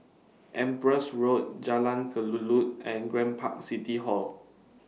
Empress Road Jalan Kelulut and Grand Park City Hall